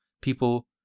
people